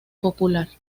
popular